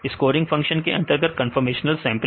scoring function के अंतर्गत conformational sampling